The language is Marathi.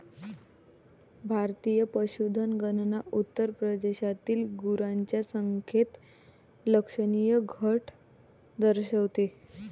भारतीय पशुधन गणना उत्तर प्रदेशातील गुरांच्या संख्येत लक्षणीय घट दर्शवते